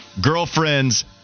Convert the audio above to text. girlfriend's